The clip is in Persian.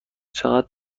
چقدر